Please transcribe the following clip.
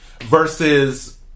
versus